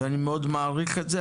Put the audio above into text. ואני מאוד מעריך את זה.